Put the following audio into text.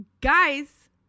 Guys